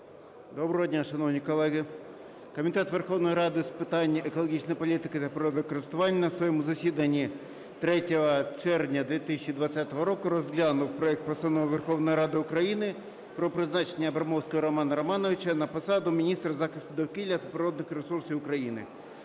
Доброго дня, шановні колеги. Комітет Верховної Ради з питань екологічної політики та природокористування на своєму засіданні 3 червня 2020 року розглянув проект Постанови Верховної Ради України про призначення Абрамовського Романа Романовича на посаду міністра захисту довкілля та природних ресурсів України.